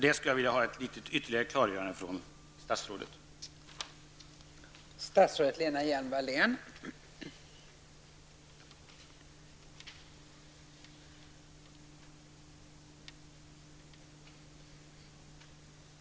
Det skulle jag vilja ha ytterligare klargöranden om från statsrådet.